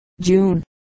June